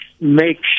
make